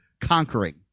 conquering